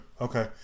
Okay